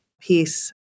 Peace